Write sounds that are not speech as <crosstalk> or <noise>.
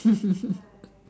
<laughs>